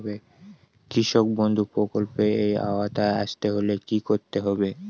কৃষকবন্ধু প্রকল্প এর আওতায় আসতে হলে কি করতে হবে?